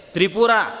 Tripura